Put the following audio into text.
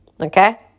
okay